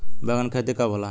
बैंगन के खेती कब होला?